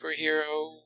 superhero